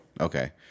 Okay